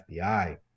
fbi